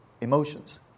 emotions